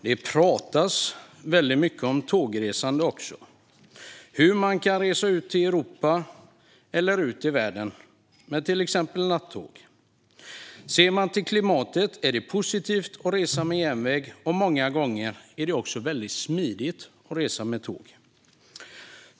Det pratas även mycket om tågresande och hur man kan resa ut i Europa eller världen med till exempel nattåg. Ser man till klimatet är det positivt att resa med järnväg, och många gånger är det också väldigt smidigt att resa med tåg.